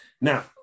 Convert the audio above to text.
now